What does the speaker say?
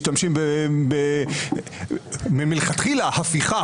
משתמשים מלכתחילה בהפיכה,